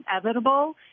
inevitable